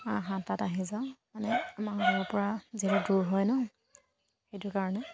সাততাত আহি যাওঁ মানে আমাৰ ঘৰৰপৰা যিহেতু দূৰ হয় ন সেইটো কাৰণে